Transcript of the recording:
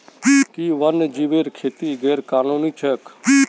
कि वन्यजीवेर खेती गैर कानूनी छेक?